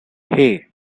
hey